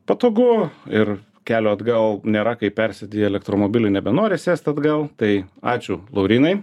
patogu ir kelio atgal nėra kai persėdi į elektromobilį nebenori sėst atgal tai ačiū laurynai